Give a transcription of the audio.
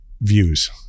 views